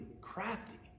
crafty